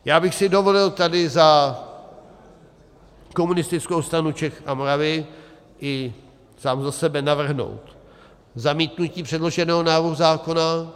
Já bych si dovolil tady za Komunistickou stranu Čech a Moravy i sám za sebe navrhnout zamítnutí předloženého návrhu zákona.